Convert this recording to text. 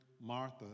Martha